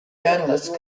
journalist